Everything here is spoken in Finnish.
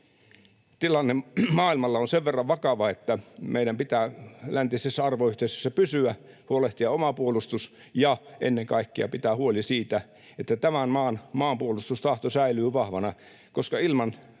Tilanne maailmalla on sen verran vakava, että meidän pitää läntisessä arvoyhteisössä pysyä, huolehtia oma puolustus ja ennen kaikkea pitää huoli siitä, että tämän maan maanpuolustustahto säilyy vahvana, koska ilman